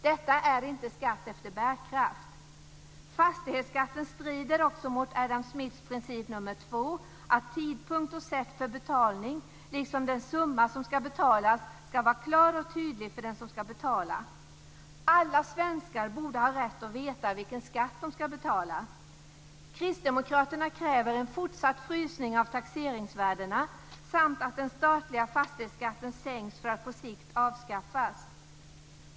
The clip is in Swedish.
Detta är inte skatt efter bärkraft. Fastighetsskatten strider också mot Adam Smiths princip nummer två, nämligen att tidpunkt och sätt för betalning liksom den summa som ska betalas ska vara klar och tydlig för den som ska betala. Alla svenskar borde ha rätt att veta vilken skatt de ska betala. Kristdemokraterna kräver en fortsatt frysning av taxeringsvärdena samt att den statliga fastighetsskatten sänks för att på sikt avskaffas.